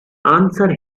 answer